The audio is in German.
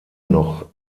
noch